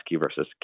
versus